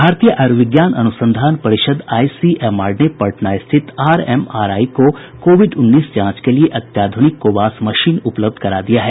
भारतीय आयुर्विज्ञान अनुसंधान परिषद आईसीएमआर ने पटना स्थित आरएमआरआई को कोविड उन्नीस जांच के लिए अत्याध्रनिक कोबास मशीन उपलब्ध करा दिया है